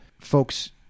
folks